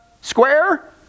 square